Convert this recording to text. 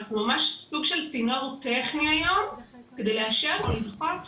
אנחנו ממש סוג של צינור טכני היום כדי לאשר או לדחות.